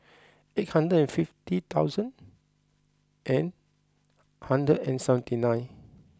eight hundred and fifty thousand and hundred and seventy nine